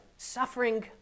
Suffering